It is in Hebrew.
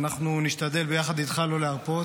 אנחנו נשתדל יחד איתך לא להרפות,